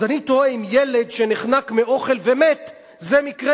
אז אני תוהה אם ילד שנחנק מאוכל ומת זה מקרה